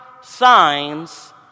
signs